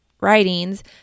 writings